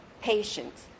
patience